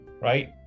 right